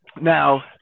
Now